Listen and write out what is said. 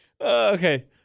Okay